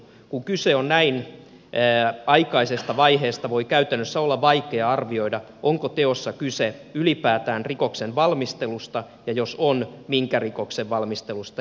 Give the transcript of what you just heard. kun kyse on näin aikaisesta vaiheesta voi käytännössä olla vaikea arvioida onko teossa kyse ylipäätään rikoksen valmistelusta ja jos on minkä rikoksen valmistelusta